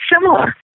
similar